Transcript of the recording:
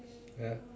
ya